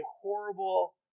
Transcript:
horrible